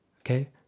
Okay